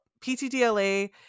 ptdla